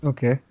Okay